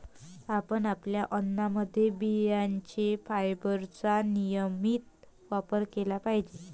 आपण आपल्या अन्नामध्ये बियांचे फायबरचा नियमित वापर केला पाहिजे